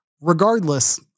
regardless